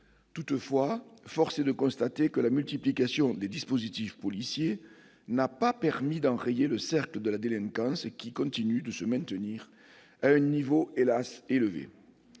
Toutefois, force est de constater que la multiplication des dispositifs policiers n'a pas permis d'enrayer le cercle de la délinquance, qui se maintient à un niveau hélas ! élevé.